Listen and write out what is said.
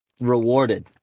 rewarded